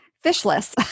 fishless